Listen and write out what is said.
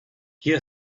hier